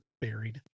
buried